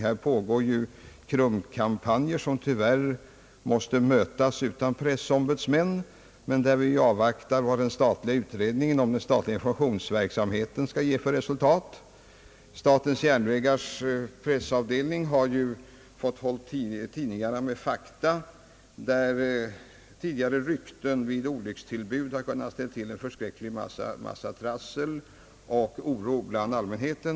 Här pågår t.ex. KRUM-kampanjen, som tyvärr måste mötas utan pressombudsmän men där vi avvaktar vad den statliga utredningen om den statliga informationsverksamheten skall ge för resultat. Statens järnvägars pressavdelning har fått hålla tidningarna med fakta, i de fall där rykten vid olyckstillbud tidigare har kunnat ställa till med en förskräcklig massa trassel och oro bland allmänheten.